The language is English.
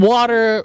Water